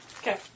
Okay